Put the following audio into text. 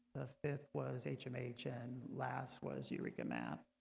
the fifth was hmh and last was eureka math